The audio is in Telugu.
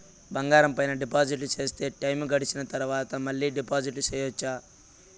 బంగారం పైన డిపాజిట్లు సేస్తే, టైము గడిసిన తరవాత, మళ్ళీ డిపాజిట్లు సెయొచ్చా?